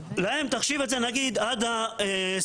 תחשב להם את זה נגיד עד 28.5,